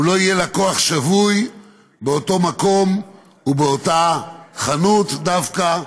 הוא לא יהיה לקוח שבוי באותו מקום ובאותה חנות דווקא.